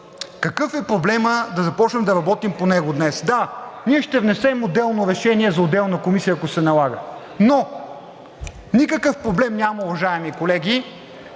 какъв е проблемът да започнем да работим по него днес? Да, ние ще внесем отделно решение за отделна комисия, ако се налага, но никакъв проблем няма, уважаеми колеги,